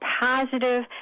positive